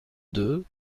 deux